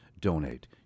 donate